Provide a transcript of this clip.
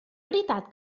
veritat